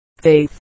faith